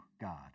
God